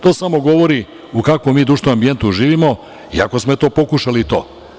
To samo govori u kakvom mi društvenom ambijentu živimo, iako smo, eto, pokušali i to.